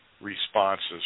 responses